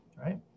right